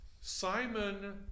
Simon